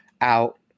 out